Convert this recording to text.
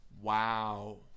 Wow